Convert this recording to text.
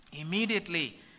Immediately